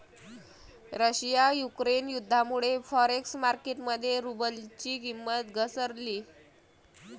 Russia Ukraine युद्धामुळे forex market मध्ये रुबलची किंमत घसरली